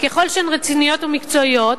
ככל שהן רציניות ומקצועיות,